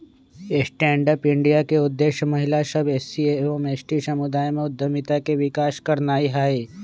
stand up India के उद्देश्य महिला सभ, एस.सी एवं एस.टी समुदाय में उद्यमिता के विकास करनाइ हइ